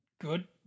good